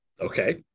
Okay